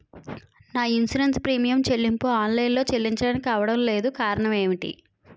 నా insurance premium చెల్లింపు online లో చెల్లించడానికి అవ్వడం లేదు కారణం ఏమిటి?